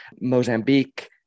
Mozambique